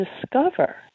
discover